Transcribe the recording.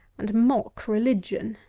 and mock-religion.